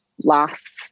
last